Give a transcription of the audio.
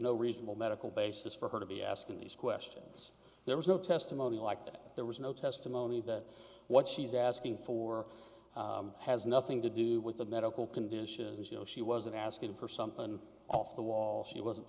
no reasonable medical basis for her to be asking these questions there was no testimony like that there was no testimony that what she's asking for has nothing to do with the medical condition which you know she wasn't asking for something off the wall she wasn't